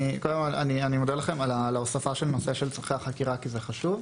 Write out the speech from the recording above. אני מודה לכם על הוספת "צורכי החקירה" כי זה חשוב.